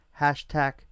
hashtag